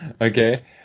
Okay